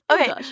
Okay